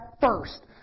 first